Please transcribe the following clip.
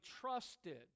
trusted